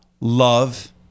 love